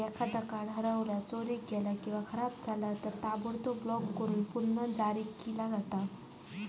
एखादो कार्ड हरवला, चोरीक गेला किंवा खराब झाला की, त्या ताबडतोब ब्लॉक करून पुन्हा जारी केला जावा